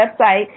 website